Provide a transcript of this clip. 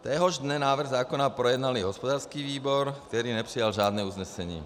Téhož dne návrh zákona projednal hospodářský výbor, který nepřijal žádné usnesení.